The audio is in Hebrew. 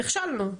נכשלנו.